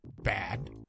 bad